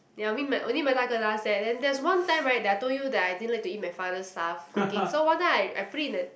ya mean my only my 大哥 does that then that there's one time right that I told you that I didn't like to eat my father stuff cooking so one time I I put it in the